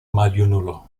maljunulo